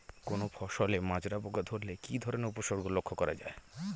কোনো ফসলে মাজরা পোকা ধরলে কি ধরণের উপসর্গ লক্ষ্য করা যায়?